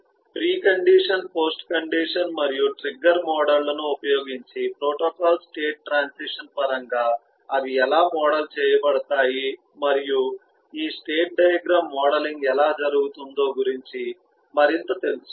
pre condition postcondition మరియు trigger మోడళ్లను ఉపయోగించి ప్రోటోకాల్ స్టేట్ ట్రాన్సిషన్ పరంగా అవి ఎలా మోడల్ చేయబడతాయి మరియు ఈ స్టేట్ డయాగ్రమ్ మోడలింగ్ ఎలా జరుగుతుందో గురించి మరింత తెలుసుకోండి